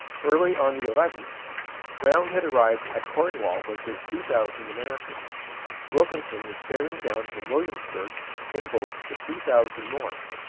early on the eleventh brown had arrived at cornwall with his two thousand americans wilkinson was starting down from williamsburg in boats with three thousand more,